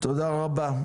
תודה רבה.